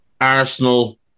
Arsenal